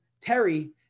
Terry